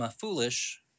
foolish